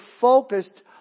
focused